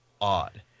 odd